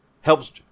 helps